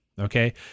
Okay